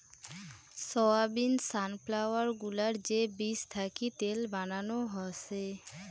soybean, sunflower গুলার যে বীজ থাকি তেল বানানো হসে